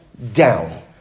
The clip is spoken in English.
down